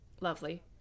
lovely